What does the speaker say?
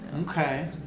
Okay